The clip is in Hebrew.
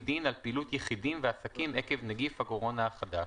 דין על פעילות יחידים ועסקים עקב נגיף הקורונה החדש,